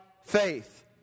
faith